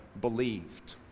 believed